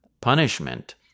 punishment